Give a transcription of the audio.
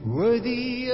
worthy